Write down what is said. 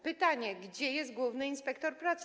Pytanie: Gdzie jest główny inspektor pracy?